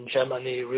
Germany